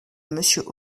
monsieur